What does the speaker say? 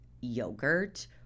yogurt